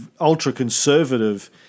ultra-conservative